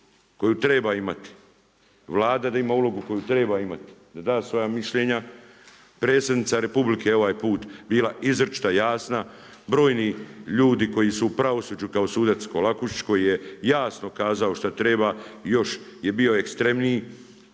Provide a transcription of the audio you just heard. koju treba imati. Vlada da ima ulogu koju treba imati, da da svoja mišljenja. Predsjednica Republike ovaj put bila izričito jasna. Brojni ljudi koji su u pravosuđu kao sudac Kolakušić koji je jasno kazao šta treba još je bio ekstremniji.